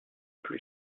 plus